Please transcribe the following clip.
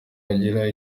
hagira